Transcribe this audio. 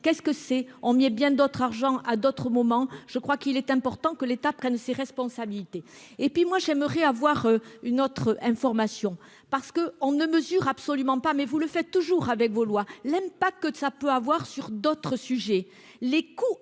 Qu'est-ce que c'est en mais bien d'autres argent à d'autres moments. Je crois qu'il est important que l'État prenne ses responsabilités et puis moi j'aimerais avoir une autre information. Parce que on ne mesure absolument pas mais vous le faites toujours avec vos lois. L'aime pas que ça peut avoir sur d'autres sujets,